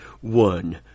one